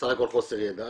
בסך הכל חוסר ידע.